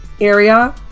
area